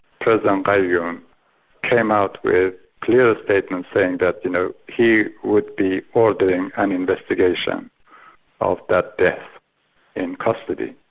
president gayoom came out with clear statements saying that you know he would be ordering an investigation of that death in custody.